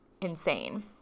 insane